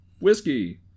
Whiskey